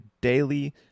daily